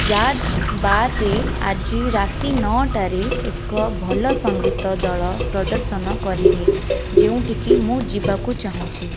jazz ବାର୍ରେ ଆଜି ରାତି ନଅଟାରେ ଏକ ଭଲ ସଙ୍ଗୀତ ଦଳ ପ୍ରଦର୍ଶନ କରିବେ ଯେଉଁଠିକି ମୁଁ ଯିବାକୁ ଚାହୁଁଛି